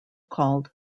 called